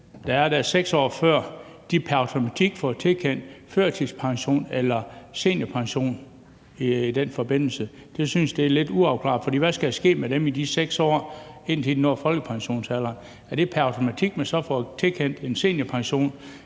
der er der 6 år før, pr. automatik får tilkendt førtidspension eller seniorpension i den forbindelse? Det synes jeg er lidt uafklaret, for hvad skal der ske med dem i de 6 år, indtil de når folkepensionsalderen? Er det pr. automatik, man så får tilkendt en seniorpension